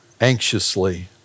anxiously